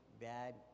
bad